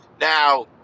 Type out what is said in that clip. Now